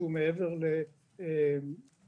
אני שמעתי שיש באמת מחשבה להבדיל אנשים